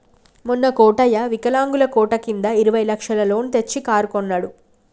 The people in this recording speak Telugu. మొన్న కోటయ్య వికలాంగుల కోట కింద ఇరవై లక్షల లోన్ తెచ్చి కారు కొన్నడు